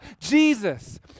Jesus